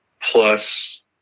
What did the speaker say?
plus